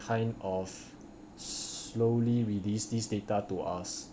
kind of slowly release this data to us